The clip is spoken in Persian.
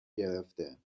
گرفته